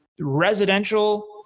residential